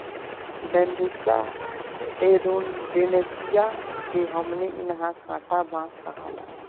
Bambusa arundinacea के हमनी इन्हा कांटा बांस कहाला